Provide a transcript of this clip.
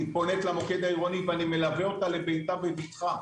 היא פונה למוקד העירוני ואני מלווה אותה לביתה בבטחה.